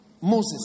Moses